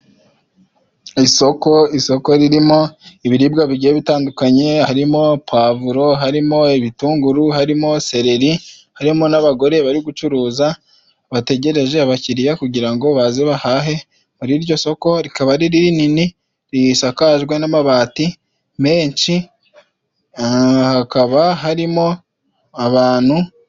Isoko, isoko ririmo ibiribwa bigiye bitandukanye harimo pavuro, harimo ibitunguru, harimo seleri, harimo n'abagore bari gucuruza bategereje abakiriya, kugira ngo baze bahahe, muri iryo soko rikaba ari rinini, risakajwe n'amabati menshi, hakaba harimo abanu.